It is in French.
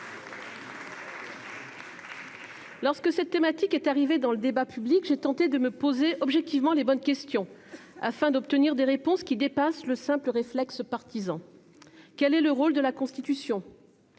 Lorsque cette thématique est arrivée dans le débat public, j'ai tenté de me poser objectivement les bonnes questions afin d'obtenir des réponses qui dépassent le simple réflexe partisan. Quel est le rôle de la Constitution ?